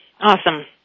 Awesome